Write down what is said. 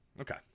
okay